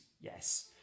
Yes